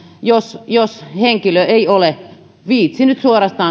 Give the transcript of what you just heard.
jos henkilö ei ole suorastaan viitsinyt